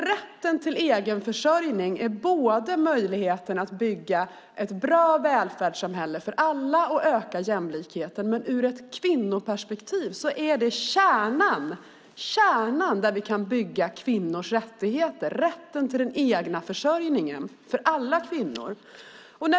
Rätten till egenförsörjning innebär både en möjlighet att bygga ett bra välfärdssamhälle för alla och öka jämlikheten. Ur ett kvinnoperspektiv är det kärnan. Kärnan för att bygga kvinnors rättigheter är rätten till den egna försörjningen. Det gäller alla kvinnor.